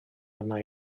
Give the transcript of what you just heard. arna